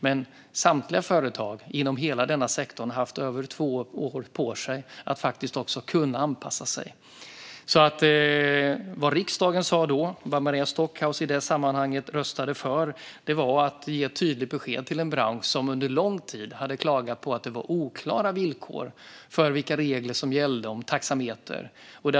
Men samtliga företag inom hela denna sektor har haft över två år på sig att kunna anpassa sig. Vad riksdagen gjorde då, och vad Maria Stockhaus i det sammanhanget röstade för, var att ge ett tydligt besked till en bransch som under lång tid hade klagat på att det var oklara regler om vad som gällde för taxameter.